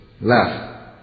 left